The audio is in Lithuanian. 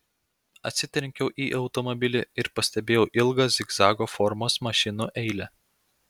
atsitrenkiau į automobilį ir pastebėjau ilgą zigzago formos mašinų eilę